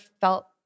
felt